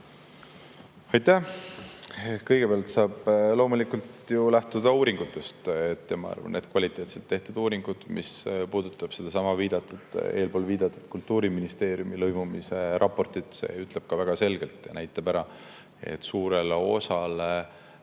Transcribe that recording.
Aitäh! Kõigepealt, loomulikult saab ju lähtuda uuringutest. Ma arvan, et kvaliteetselt tehtud uuringud – see puudutab sedasama eespool viidatud Kultuuriministeeriumi lõimumise raportit – ütlevad väga selgelt ja näitavad ära, et suurele osale